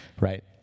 right